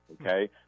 okay